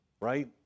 Right